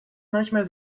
manchmal